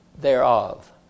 thereof